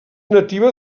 nativa